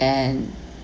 and